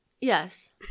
Yes